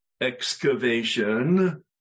excavation